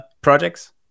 Projects